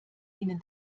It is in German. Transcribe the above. ihnen